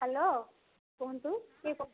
hello କୁହନ୍ତୁ କିଏ କହୁ